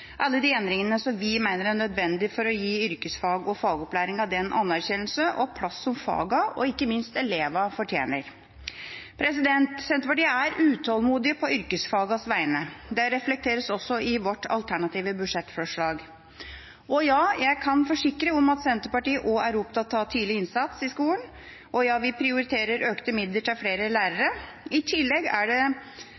alle de endringene som vi mener er nødvendige for å gi yrkesfagene og fagopplæringen den anerkjennelse og plass som fagene og ikke minst elevene fortjener. Senterpartiet er utålmodig på yrkesfagenes vegne. Det reflekteres også i vårt alternative budsjettforslag. Ja, jeg kan forsikre om at Senterpartiet også er opptatt av tidlig innsats i skolen, og ja, vi prioriterer økte midler til flere